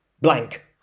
blank